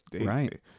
right